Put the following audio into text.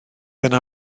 yna